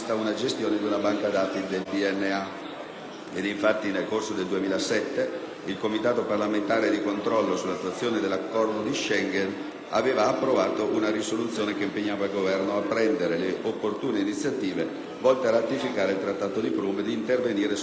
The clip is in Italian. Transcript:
Infatti, nel corso del 2007, il Comitato parlamentare di controllo sull'attuazione dell'Accordo di Schengen, aveva approvato una risoluzione che impegnava il Governo a prendere le opportune iniziative volte a ratificare il Trattato di Prum e ad intervenire sulla normativa nazionale in materia.